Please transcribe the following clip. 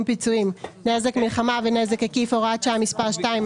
פיצויים) (נזק מלחמה ונזק עקיף) (הוראת שעה מס' 2),